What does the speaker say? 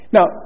Now